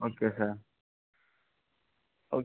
okay sir okay